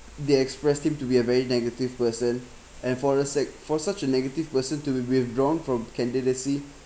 they expressed him to be a very negative person and for a sac~ for such a negative person to be withdrawn from candidacy